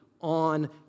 on